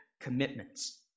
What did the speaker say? commitments